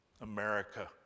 America